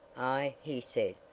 aye! he said.